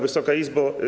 Wysoka Izbo!